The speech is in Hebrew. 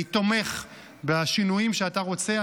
אני תומך בשינויים שאתה רוצה.